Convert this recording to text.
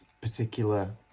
particular